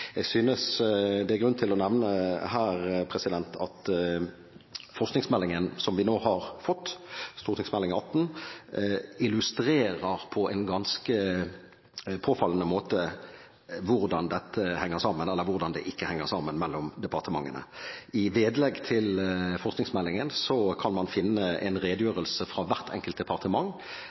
Jeg synes det er grunn til å nevne at den forskningsmeldingen som vi nå har fått, Meld. St. 18, illustrerer på en ganske påfallende måte hvordan dette henger sammen, eller hvordan det ikke henger sammen, mellom departementene. I vedlegg til forskningsmeldingen kan man finne en redegjørelse fra hvert enkelt departement